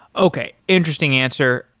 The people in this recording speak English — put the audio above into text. okay, interesting answer.